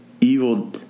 evil